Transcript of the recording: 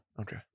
okay